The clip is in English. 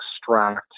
extract